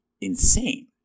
insane